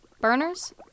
Burners